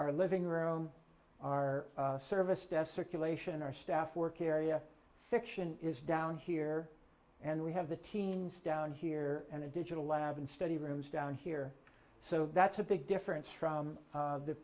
our living room our service desk circulation our staff work area fiction is down here and we have the teams down here and a digital lab and study rooms down here so that's a big difference from